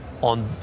on